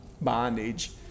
bondage